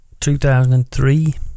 2003